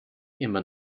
immer